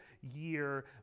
year